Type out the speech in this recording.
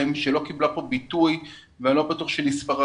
שלא קיבלה כאן ביטוי ואני לא בטוח שנספרה,